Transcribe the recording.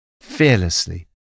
Fearlessly